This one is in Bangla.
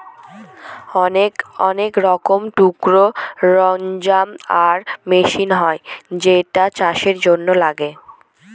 অনেক রকমের টুলস, সরঞ্জাম আর মেশিন হয় যেগুলা চাষের জন্য লাগে